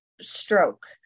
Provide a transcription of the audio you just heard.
stroke